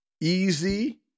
Easy